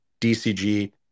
DCG